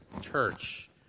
church